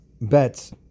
bets